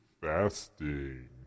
fasting